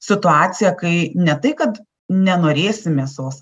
situacija kai ne tai kad nenorėsim mėsos